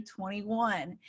21